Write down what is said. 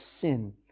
sin